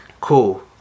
Cool